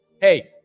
Hey